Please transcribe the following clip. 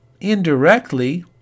Indirectly